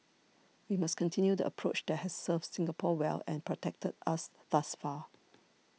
we must continue the approach that has served Singapore well and protected us thus far